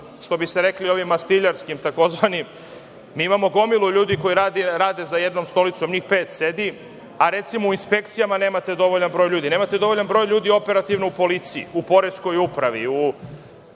što bi se reklo ovim mastiljarskim takozvanim, imamo gomilu ljudi koji rade, za jednom stolicom njih pet sedi, a recimo u inspekcijama nemate dovoljan broj ljudi, nemate dovoljan broj ljudi operativno u policiji, u poreskoj upravi,